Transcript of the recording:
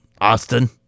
Austin